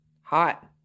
hot